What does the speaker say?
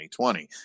2020